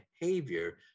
behavior